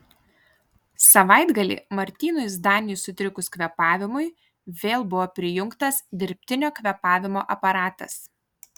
savaitgalį martynui zdaniui sutrikus kvėpavimui vėl buvo prijungtas dirbtinio kvėpavimo aparatas